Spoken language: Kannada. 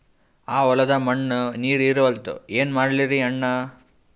ಆ ಹೊಲದ ಮಣ್ಣ ನೀರ್ ಹೀರಲ್ತು, ಏನ ಮಾಡಲಿರಿ ಅಣ್ಣಾ?